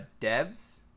devs